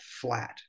flat